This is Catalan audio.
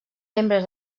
membres